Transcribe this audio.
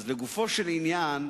אז לגופו של עניין,